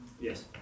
Yes